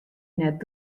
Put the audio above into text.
net